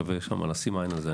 שווה שם לשים עין על זה.